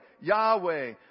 Yahweh